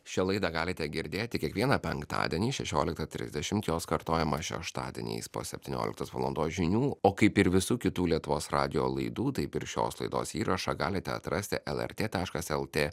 šią laidą galite girdėti kiekvieną penktadienį šešioliktą trisdešimt jos kartojimą šeštadieniais po septynioliktos valandos žinių o kaip ir visų kitų lietuvos radijo laidų taip ir šios laidos įrašą galite atrasti lrt taškas lt